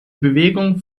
bewegung